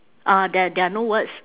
uh there there are no words